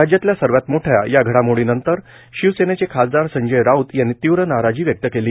राज्यातल्या सर्वात मोठ्या या घडामोडीनंतर शिवसेनेचे खासदार संजय राऊत यांनी तीव्र नाराजी व्यक्त केली